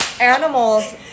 Animals